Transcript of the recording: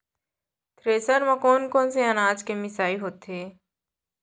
Thresher म कोन कोन से अनाज के मिसाई होथे?